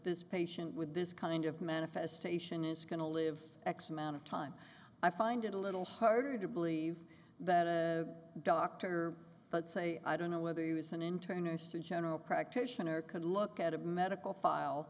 this patient with this kind of manifestation is going to live x amount of time i find it a little harder to believe that a doctor but say i don't know whether he was an intern or still general practitioner could look at a medical file